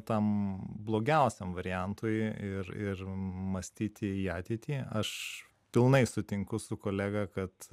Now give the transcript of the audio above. tam blogiausiam variantui ir ir mąstyti į ateitį aš pilnai sutinku su kolega kad